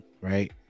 right